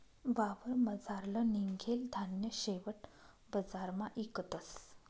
वावरमझारलं निंघेल धान्य शेवट बजारमा इकतस